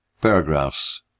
paragraphs